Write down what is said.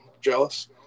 Jealous